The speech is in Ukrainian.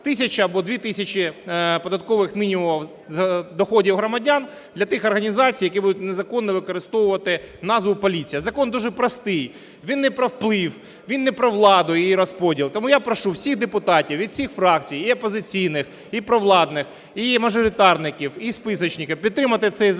тисячу або дві тисячі податкових мінімумів доходів громадян для тих організацій, які будуть незаконно використовувати назву "поліція". Закон дуже простий, він не про вплив, він не про владу і її розподіл. Тому я прошу всіх депутатів від всіх фракцій і опозиційних, і провладних, і мажоритарників, і списочники підтримати цей закон